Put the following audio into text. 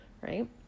Right